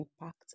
impact